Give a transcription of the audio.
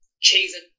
chasing